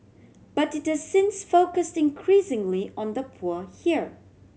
but it has since focused increasingly on the poor here